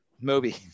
Moby